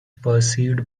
perceived